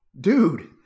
Dude